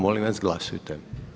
Molim vas glasujte.